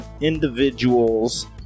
individuals